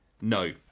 No